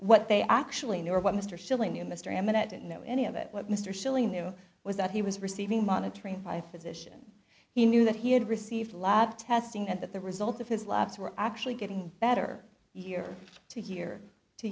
what they actually knew or what mr skilling knew mr eminent didn't know any of it what mr skilling knew was that he was receiving monitoring by physician he knew that he had received lab testing and that the results of his labs were actually getting better year to year to